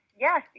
yes